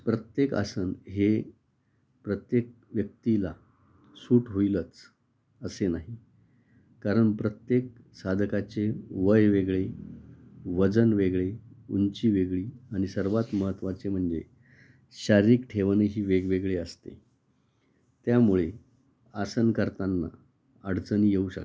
प्रत्येक आसन हे प्रत्येक व्यक्तीला सूट होईलच असे नाही कारण प्रत्येक साधकाचे वय वेगळे वजन वेगळे उंची वेगळी आणि सर्वात महत्त्वाचे म्हणजे शारीरिक ठेवण ही वेगवेगळी असते त्यामुळे आसन करताना अडचणी येऊ शकतात